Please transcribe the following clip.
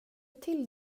till